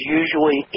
usually